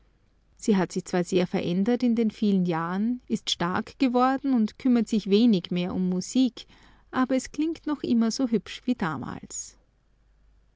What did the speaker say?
sie hat sich zwar sehr verändert in den vielen jahren ist stark geworden und kümmert sich wenig mehr um musik aber es klingt noch immer so hübsch wie damals